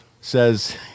says